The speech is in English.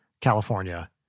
California